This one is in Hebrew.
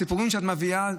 הסיפורים שאת מביאה,